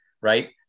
right